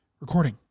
recording